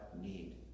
need